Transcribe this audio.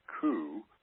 coup